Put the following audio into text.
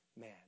man